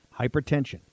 Hypertension